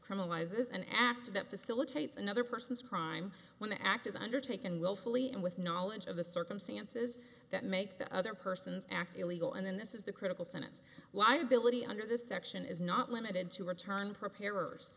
criminalizes an act that facilitates another person's crime when the act is undertaken willfully and with knowledge of the circumstances that make the other person's act illegal and then this is the critical senate liability under this section is not limited to return preparers